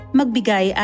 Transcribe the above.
Magbigay